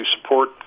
support